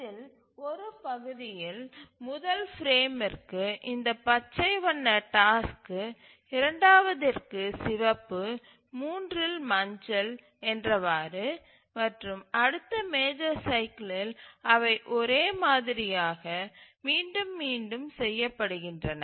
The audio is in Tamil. இதில் ஒரு பகுதியில் முதல் பிரேமமிற்கு இந்த பச்சை வண்ண டாஸ்க்கு இரண்டாவதிற்கு சிவப்பு மூன்றில் மஞ்சள் என்றவாறு மற்றும் அடுத்த மேஜர் சைக்கிலில் அவை ஒரே மாதிரியாக மீண்டும் மீண்டும் செய்யப்படுகின்றன